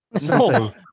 No